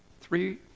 Three